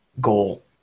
goal